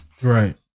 Right